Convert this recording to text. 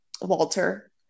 walter